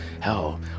Hell